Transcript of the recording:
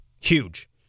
Huge